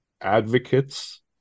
advocates